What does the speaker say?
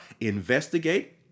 investigate